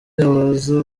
abaza